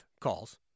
calls